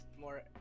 more